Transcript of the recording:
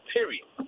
Period